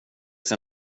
ser